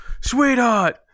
Sweetheart